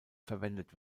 verwendet